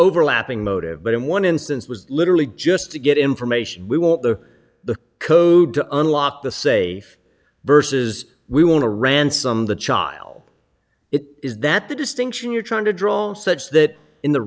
overlapping motive but in one instance was literally just to get information we want the code to unlock the safe verses we want to ransom the child it is that the distinction you're trying to draw such that in the